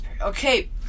okay